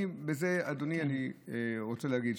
ובזה אני רוצה להגיד,